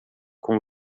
com